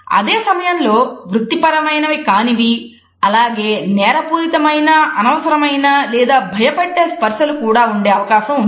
అదే సమయంలో వృత్తిపరమైనవి కానివి అలాగే నేరపూరితమైన అనవసరమైన లేదా భయపెట్టే స్పర్సలు కూడా ఉండే అవకాశం ఉంది